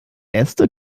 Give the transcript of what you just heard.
äste